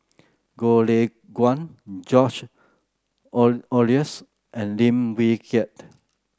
Goh Lay Kuan George Oehlers and Lim Wee Kiak